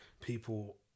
People